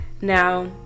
Now